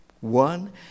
one